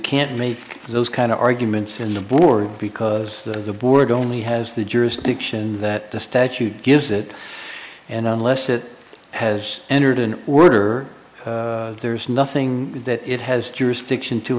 can't make those kind of arguments in the board because the board only has the jurisdiction that the statute gives it and unless it has entered an order there's nothing that it has